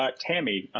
ah tami,